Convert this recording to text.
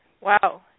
Wow